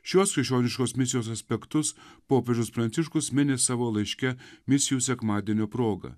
šiuo sukioti šios misijos aspektus popiežius pranciškus mini savo laiške misijų sekmadienio proga